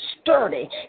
sturdy